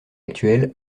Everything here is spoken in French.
actuel